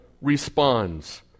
responds